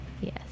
Yes